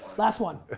last one.